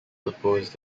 proposed